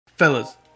Fellas